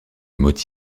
mot